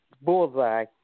Bullseye